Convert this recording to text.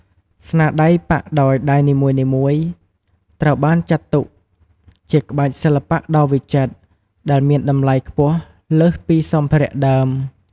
ស្នាដៃប៉ាក់ដោយដៃនីមួយៗត្រូវបានចាត់ទុកជាក្បាច់សិល្បៈដ៏វិចិត្រ ដែលមានតម្លៃខ្ពស់លើសពីសម្ភារៈដើម។